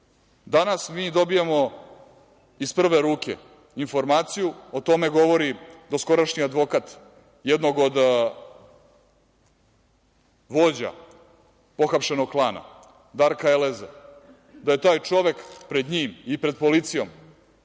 danas mi dobijamo iz prve ruke informaciju, o tome govori doskorašnji advokat jednog od vođa pohapšenog klana, Darka Eleza, da je taj čovek pred njim i pred policijom